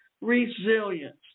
resilience